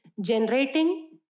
generating